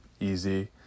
easy